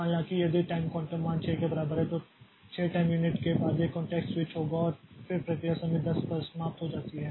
हालाँकि यदि time quantum मान 6 के बराबर है तो 6 टाइम यूनिट के बाद एक कॉंटेक्स्ट स्विच होगा और फिर प्रक्रिया समय 10 पर समाप्त हो जाती है